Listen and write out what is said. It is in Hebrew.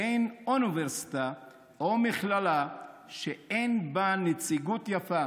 ואין אוניברסיטה או מכללה שאין בה נציגות יפה